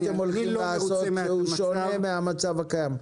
מה אתם הולכים לעשות שהוא שונה מהמצב הקיים.